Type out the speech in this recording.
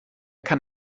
kann